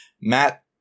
Matt